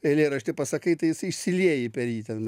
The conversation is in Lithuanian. eilėraštį pasakai tai jis išsilieji per jį ten